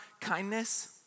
kindness